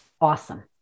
awesome